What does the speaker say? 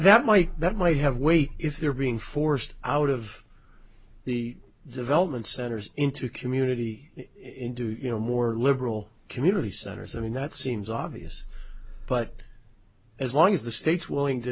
might that might have weight if they're being forced out of the development centers into community into you know more liberal community centers i mean that seems obvious but as long as the state's willing to